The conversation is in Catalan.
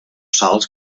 sals